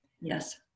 Yes